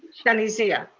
sunny zia?